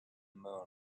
moon